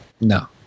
No